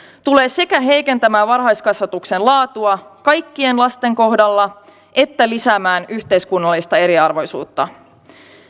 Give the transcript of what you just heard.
tulee sekä heikentämään varhaiskasvatuksen laatua kaikkien lasten kohdalla että lisäämään yhteiskunnallista eriarvoisuutta